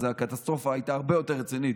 אז הקטסטרופה הייתה הרבה יותר רצינית.